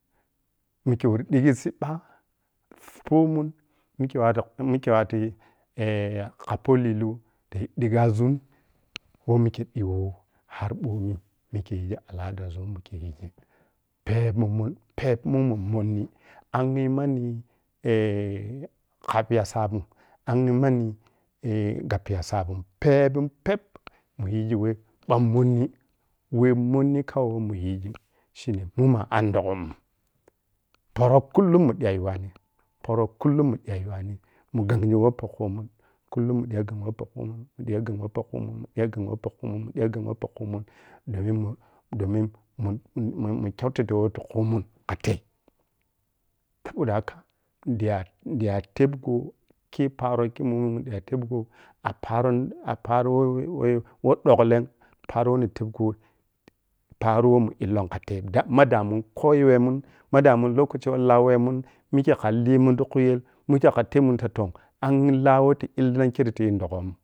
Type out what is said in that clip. Mikhe wor dighi cibba fuh pomon mikhe watu mikhe wati eh kha po lilou tiyi dighazun woh mikhe diwo har ɓomi mikhe yighi aladazun mikhe yighi pep mun mon-pepmun mun monn. aghe manni eh gappiya sabi peb jun peb muyighi men ɓan monni weh monni kawai weh muyishi shine munmua andoshom poro kullum mu diya yumani poro kullum mudiya yumani mu ghanjinweh po kumun kullun mu diya ghan weh pokumah diya ghan weh pokuma weh diya ghan weh pokuma domin mun domun, mun kyautiti weh kumun katei saboda haka nidiya tebgo a paro, aparo weh weh ɓukhen, paro weh na tebgon paro weh mu illon katei da madamu koyo memu, madamun lokaci weh lemun mikhe ka limun ti khuyel mikhe ka tebmun ta toh anghe la wehta illina tiyi doghommi